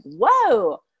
Whoa